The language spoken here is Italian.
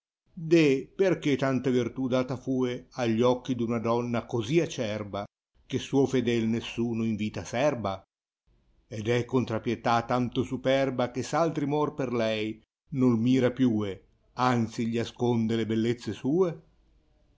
perchè tanta verta data f uè agli occhi d una donna cosi acerba ghe suo fedel nessuno in vita serba ed è contr a pietà tanto superba ghe s altri muor per lei noi mira pine anzi gli asconde le bellezze sue